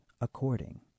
according